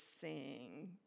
sing